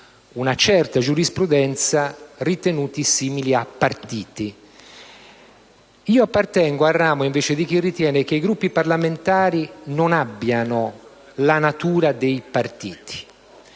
una certa giurisprudenza simili a partiti. Io appartengo invece al ramo di chi ritiene che i Gruppi parlamentari non abbiano la natura dei partiti.